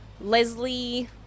Leslie